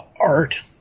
Art